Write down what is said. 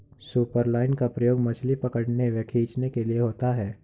superline का प्रयोग मछली पकड़ने व खींचने के लिए होता है